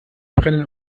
brennen